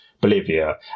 Bolivia